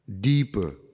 deeper